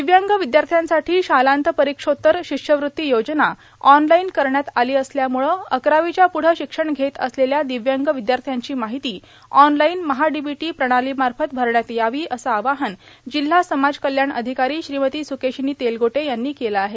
दिव्यांग विद्यार्थ्यांसाठी शालांत परीक्षोत्तर शिष्यवृत्ती योजना ऑनलाईन करण्यात आली असल्यामुळं अकरावीच्या पुढं शिक्षण घेत असलेल्या दिव्यांग विद्यार्थ्यांची माहिती ऑनलाईन महाडिबीटी प्रणालीमार्फत भरण्यात यावी असं आवाहन जिल्हा समाज कल्याण अधिकारी श्रीमती स्रुकेशिनी तेलगोटे यांनी केलं आहे